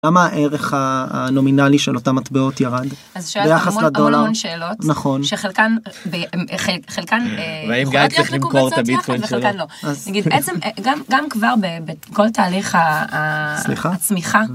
כמה הערך הנומינלי של אותה מטבעות ירד, ביחס לדולר, שאלת המון שאלות, נכון, שחלקן חלקן גם כבר בכל תהליך הצמיחה.